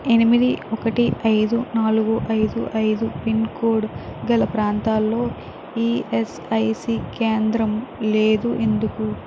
ఎనిమిది ఒకటి ఐదు నాలుగు ఐదు ఐదు పిన్కోడ్ గల ప్రాంతంలో ఈఎస్ఐసీ కేంద్రం లేదు ఎందుకు